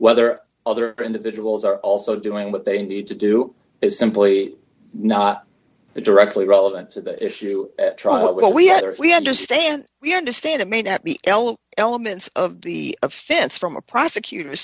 whether other individuals are also doing what they need to do is simply not directly relevant to the issue at trial we had to really understand we understand it may not be elop elements of the offense from a prosecutor